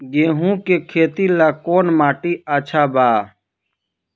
गेहूं के खेती ला कौन माटी अच्छा बा?